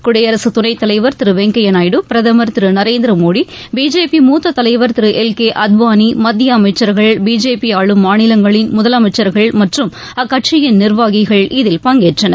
குடியரசுத் துணை தலைவர் திரு வெங்கய்யா நாயுடு பிரதமர் திரு நரேந்திர மோடி பிஜேபி மூத்த தலைவர் திரு எல் கே அத்வானி மத்திய அமைச்சர்கள் பிஜேபி ஆளும் மாநிலங்களின் முதலமைச்சர்கள் மற்றும் அக்கட்சியின் நிர்வாகிகள் இதில் பங்கேற்றனர்